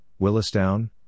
Willistown